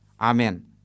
amen